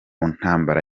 ntambara